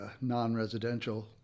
non-residential